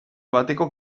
bateko